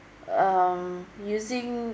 um using